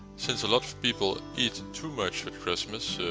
since a lot of people eat too much with christmas,